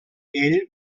ell